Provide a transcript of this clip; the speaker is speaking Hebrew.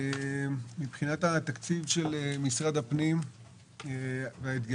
מבחינת התקציב של משרד הפנים והאתגרים